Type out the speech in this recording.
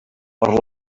per